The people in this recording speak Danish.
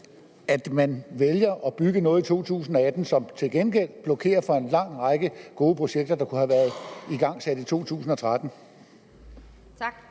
at man vælger at bygge noget i 2018, som til gengæld blokerer for en lang række gode projekter, der kunne have været igangsat i 2013. Kl.